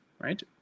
Right